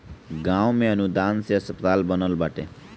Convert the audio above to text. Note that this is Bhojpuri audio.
गांव में अनुदान से अस्पताल बनल बाटे